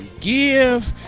give